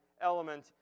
element